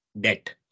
debt